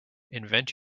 invent